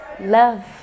love